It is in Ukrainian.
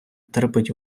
терпить